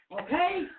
Okay